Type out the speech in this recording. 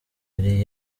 yari